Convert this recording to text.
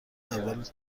اول